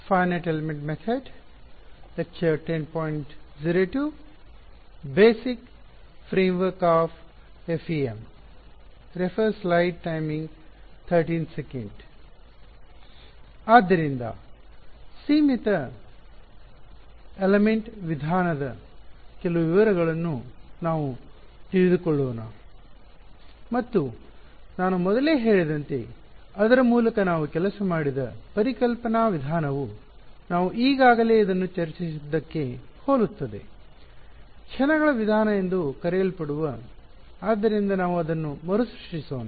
ಆದ್ದರಿಂದ ಈ ಸೀಮಿತ ಎಲಿಮೆಂಟ್ ವಿಧಾನದ ಕೆಲವು ವಿವರಗಳನ್ನು ನಾವು ತಿಳಿದುಕೊಳ್ಳೋಣ ಮತ್ತು ನಾನು ಮೊದಲೇ ಹೇಳಿದಂತೆ ಅದರ ಮೂಲಕ ನಾವು ಕೆಲಸ ಮಾಡಿದ ಪರಿಕಲ್ಪನಾ ವಿಧಾನವು ನಾವು ಈಗಾಗಲೇ ಇದನ್ನು ಚರ್ಚಿಸಿದ್ದಕ್ಕೆ ಹೋಲುತ್ತದೆ ಕ್ಷಣಗಳ ವಿಧಾನ ಎಂದು ಕರೆಯಲ್ಪಡುವ ಆದ್ದರಿಂದ ನಾವು ಅದನ್ನು ಮರುಸೃಷ್ಟಿಸೋಣ